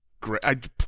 great